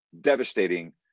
devastating